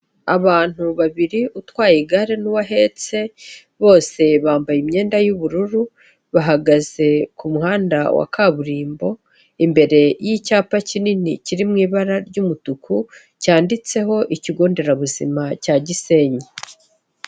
Abantu babiri utwaye igare n'uwo ahetse bose bambaye imyenda y'ubururu, bahagaze ku muhanda wa kaburimbo imbere y'icyapa kinini kiri mu ibara ry'umutuku cyanditseho ikigo nderabuzima cya Gisenyi.